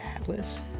atlas